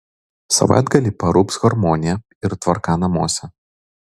savaitgalį parūps harmonija ir tvarka namuose